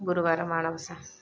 Gurubar Manabasa